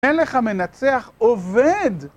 מלך המנצח עובד!